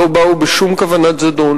לא באו בשום כוונת זדון,